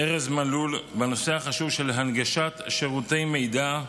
ארז מלול בנושא החשוב של הנגשת שירותי מידע,